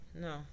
No